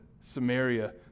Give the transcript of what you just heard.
Samaria